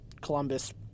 Columbus